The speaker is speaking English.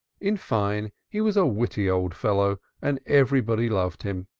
in fine, he was a witty old fellow and everybody loved him.